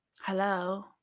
Hello